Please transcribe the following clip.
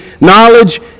knowledge